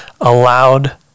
allowed